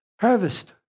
harvest